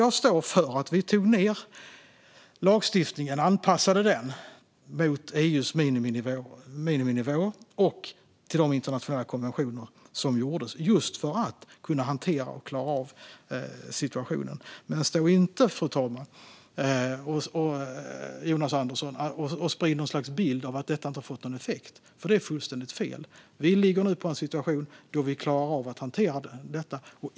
Jag står för att vi tog ned lagstiftningen och anpassade den till EU:s miniminivå och till de internationella konventioner som fanns just för att kunna hantera och klara av situationen. Fru ålderspresident! Jonas Andersson ska inte stå och sprida något slags bild av att detta inte har fått någon effekt, för det är fullständigt fel. Sverige ligger nu på en nivå och är i en situation där vi klarar av att hantera detta.